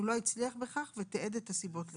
הוא לא הצליח בכך ותיעד את הסיבות לכך.